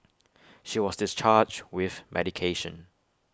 she was discharged with medication